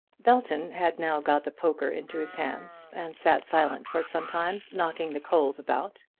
belton had now got the poker into his hands, and sat silent for some time, knocking the coals about.